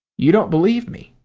you don't believe me.